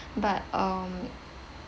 but um